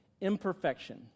Imperfection